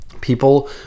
people